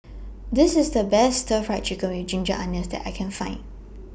This IS The Best Stir Fry Chicken with Ginger Onions that I Can Find